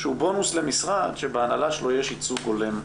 שהוא בונוס למשרד שבהנהלה שלו יש ייצוג הולם.